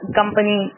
company